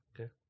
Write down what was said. okay